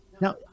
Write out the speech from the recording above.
now